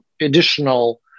additional